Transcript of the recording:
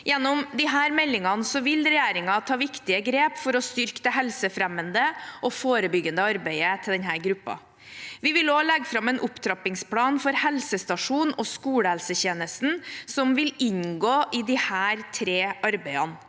Gjennom disse meldingene vil regjeringen ta viktige grep for å styrke det helsefremmende og forebyggende arbeidet for denne gruppen. Vi vil også legge fram en opptrappingsplan for helsestasjons- og skolehelsetjenesten som vil inngå i disse tre arbeidene.